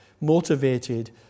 motivated